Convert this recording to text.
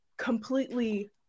completely